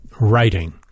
writing